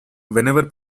whenever